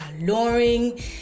alluring